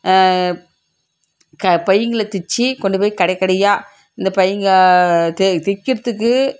பைகள தைச்சி கொண்டு போய் கடை கடையாக இந்த பைங்கள் தைக்கிறதுக்கு